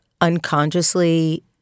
unconsciously